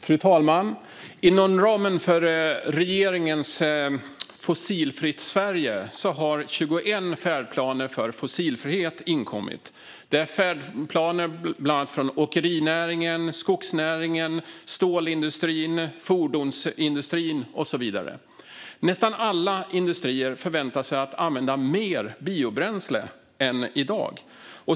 Fru talman! Inom ramen för regeringens initiativ Fossilfritt Sverige har 21 färdplaner för fossilfrihet inkommit. Det är färdplaner från åkerinäringen, skogsnäringen, stålindustrin, fordonsindustrin och så vidare. Nästan alla industrier räknar med att använda mer biobränsle än i dag.